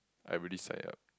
I really sign up